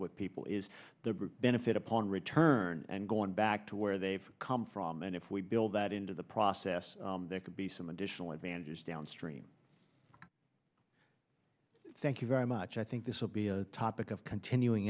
with people is their benefit upon return and going back to where they've come from and if we build that into the process there could be some additional advantages downstream thank you very much i think this will be a topic of continuing